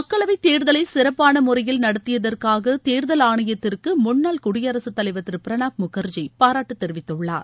மக்களவைத் தேர்தலை சிறப்பான முறையில் நடத்தியதற்காக தேர்தல் ஆணையத்திற்கு முன்னாள் குடியரசுத் தலைவர் திரு பிரணாப் முகர்ஜி பாராட்டு தெரிவித்துள்ளார்